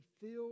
filled